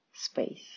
space